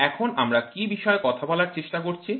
সুতরাং এখন আমরা কী বিষয়ে কথা বলার চেষ্টা করছি